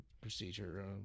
procedure